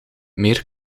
meer